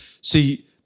See